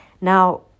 Now